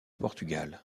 portugal